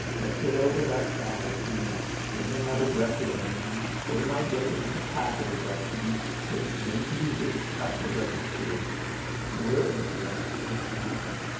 let's get over that fallacy women have aggressive energy they might make it into passive aggressive, and but man can be passive aggressive to where an aggressive animal?